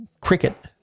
cricket